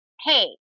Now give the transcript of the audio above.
hey